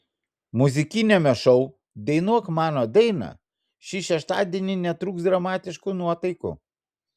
muzikiniame šou dainuok mano dainą šį šeštadienį netrūks dramatiškų nuotaikų